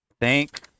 Thank